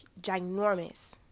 ginormous